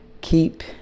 keep